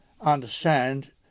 understand